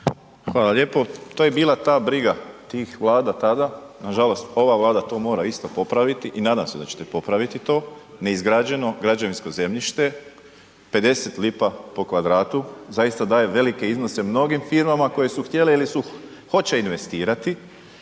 Hvala lijepo. To je bila ta briga tih vlada tada, nažalost ova Vlada to mora isto popraviti i nadam se da ćete popraviti to. Neizgrađeno građevinsko zemljište 50 lipa po kvadratu zaista daje velike iznose mnogim firmama koje su htjele ili su hoće investirati